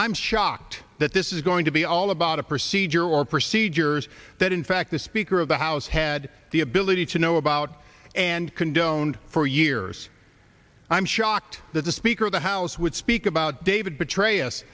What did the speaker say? i'm shocked that this is going to be all about a procedure or procedures that in fact the speaker of the house had the ability to know about and condoned for years i'm shocked that the speaker of the house would speak about david petra